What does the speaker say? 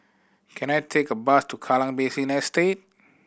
can I take a bus to Kallang Basin Estate